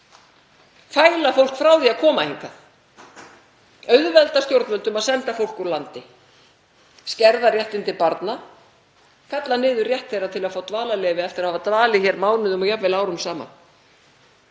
fæla fólk frá því að koma hingað, auðvelda stjórnvöldum að senda fólk úr landi, skerða réttindi barna, fella niður rétt þeirra til að fá dvalarleyfi eftir að hafa dvalið hér mánuðum og jafnvel árum saman.